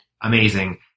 amazing